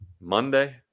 Monday